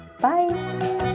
Bye